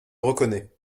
reconnais